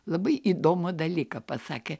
labai įdomų dalyką pasakė